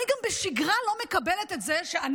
גם בשגרה אני לא מקבלת את זה שאני,